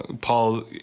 Paul